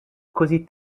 così